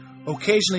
occasionally